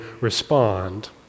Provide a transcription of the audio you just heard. respond